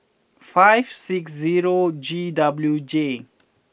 five six zero G W J